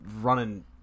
running